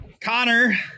Connor